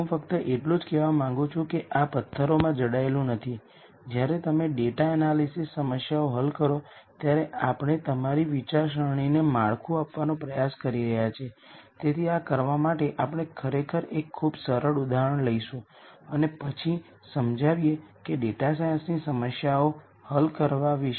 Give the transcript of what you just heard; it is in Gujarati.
હવે સિમેટ્રિક મેટ્રિસીસની પ્રથમ સંપત્તિ જે આપણા માટે ખૂબ ઉપયોગી છે જો મેટ્રિક્સ સિમેટ્રિક છે તો આઇગન વૅલ્યુઝ હંમેશાં રીયલ હોય છે